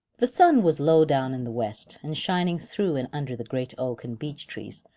the sun was low down in the west, and shining through and under the great oak and beech trees,